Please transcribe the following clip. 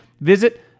visit